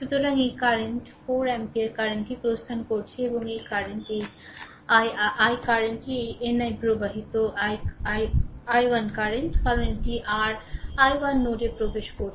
সুতরাং এই current 4 ampere কারেন্টটি প্রস্থান করছে এবং এই কারেন্ট এই i i কারেন্টটি এই ni র প্রবাহিত i1 কারেন্ট কারণ এটি r i1 নোডে প্রবেশ করছে